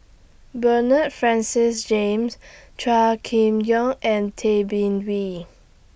Bernard Francis James Chua Kim Yeow and Tay Bin Wee